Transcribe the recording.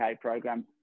program